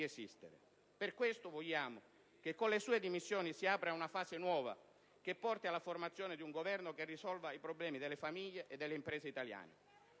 esistere. Per questo vogliamo che con le sue dimissioni si apra una fase nuova che porti alla formazione di un Governo che risolva i problemi delle famiglie e delle imprese italiane,